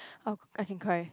how I can cry